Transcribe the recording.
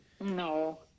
no